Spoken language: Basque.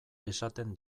esaten